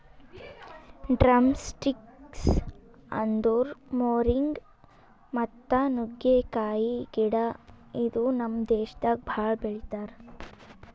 drumsticks ಅಂದುರ್ moringa ಮತ್ತ ನುಗ್ಗೆಕಾಯಿ ಗಿಡ ಇದು ನಮ್ ದೇಶದಾಗ್ ಭಾಳ ಬೆಳಿತಾರ್